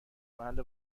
محل